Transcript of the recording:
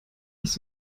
nicht